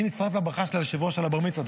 אני מצטרף לברכה של היושב-ראש על בר המצווה,